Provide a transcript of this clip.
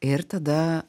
ir tada